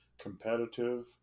competitive